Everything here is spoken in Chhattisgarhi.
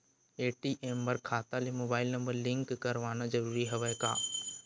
ए.टी.एम बर खाता ले मुबाइल नम्बर लिंक करवाना ज़रूरी हवय का?